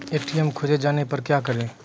ATM खोजे जाने पर क्या करें?